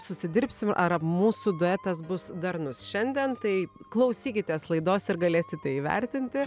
susidirbsim ar mūsų duetas bus darnus šiandien tai klausykitės laidos ir galėsite įvertinti